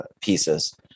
pieces